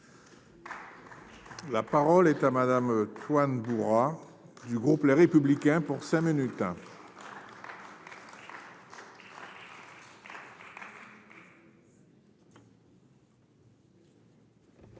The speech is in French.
La parole est à madame Swann du groupe Les Républicains pour 5 minutes.